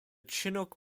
chinook